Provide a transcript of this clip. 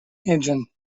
engine